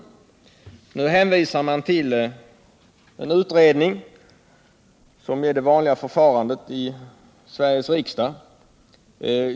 Utskottet hänvisar till en utredning, och det är ju det vanliga förfarandet i Sveriges riksdag.